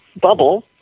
bubble